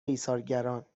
ایثارگران